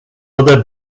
other